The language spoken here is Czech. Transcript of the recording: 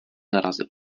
narazil